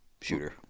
shooter